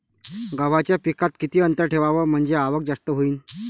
गव्हाच्या पिकात किती अंतर ठेवाव म्हनजे आवक जास्त होईन?